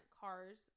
cars